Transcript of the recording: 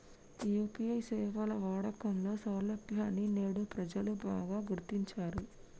UPI సేవల వాడకంలో సౌలభ్యాన్ని నేడు ప్రజలు బాగా గుర్తించారు